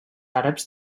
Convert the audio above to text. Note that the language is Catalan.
àrabs